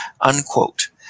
unquote